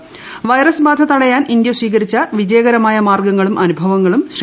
ട്ട് വൈറസ് ബാധ തടയാൻ ഇന്ത്യ സ്വീകരിച്ച വിജയകരമായ മാർഗ്ഗങ്ങളും അനുഭവങ്ങളും ശ്രീ